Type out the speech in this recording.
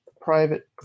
private